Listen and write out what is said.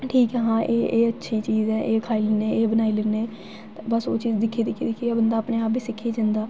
ठीक ऐ हां एह् अच्छी चीज ऐ एह् खाई लैन्ने एह् बनाई लैन्ने ते बस ओह् चीज दिक्खी दिक्खी दिक्खियै बंदा अपने आप बी सिक्खी जंदा